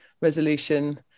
resolution